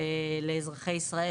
לאזרחי ישראל,